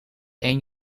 één